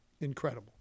incredible